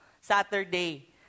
Saturday